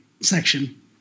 section